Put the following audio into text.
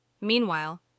Meanwhile